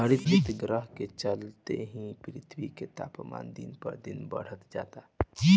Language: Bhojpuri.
हरितगृह के चलते ही पृथ्वी के तापमान दिन पर दिन बढ़ल जाता